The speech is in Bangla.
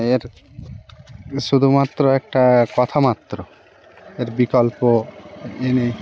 এর শুধুমাত্র একটা কথ মাত্র এর বিকল্প ইনি